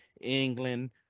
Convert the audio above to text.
England